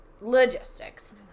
logistics